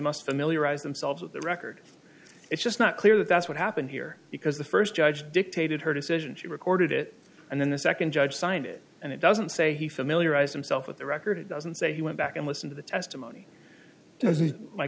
familiarize themselves with the record it's just not clear that that's what happened here because the first judge dictated her decision she recorded it and then the second judge signed it and it doesn't say he familiarize himself with the record it doesn't say he went back and listen to the testimony my